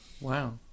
Wow